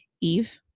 Eve